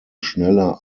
schneller